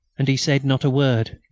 and he said not a word,